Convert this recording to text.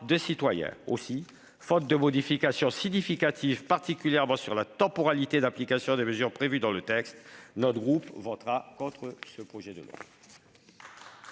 des citoyens. Aussi, faute de modifications significatives, particulièrement sur la temporalité de l'application des mesures qui y figurent, notre groupe votera contre ce projet de loi.